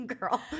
Girl